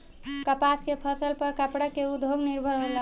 कपास के फसल पर कपड़ा के उद्योग निर्भर होला